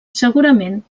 segurament